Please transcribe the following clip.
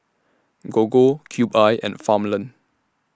Gogo Cube I and Farmland